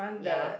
ya